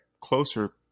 closer